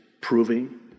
proving